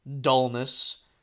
dullness